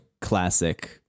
classic